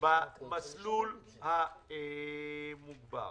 במסלול המוגבר.